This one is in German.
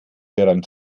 hieran